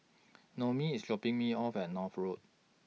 Noemi IS dropping Me off At North Road